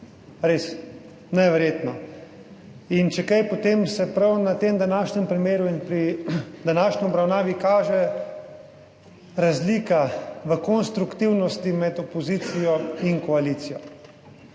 Res neverjetno. In če kaj, potem se prav na tem današnjem primeru in pri današnji obravnavi kaže razlika v konstruktivnosti med opozicijo in koalicijo.